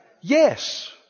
Yes